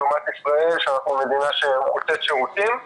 לעומת ישראל שאנחנו מדינה שמוטית שירותים.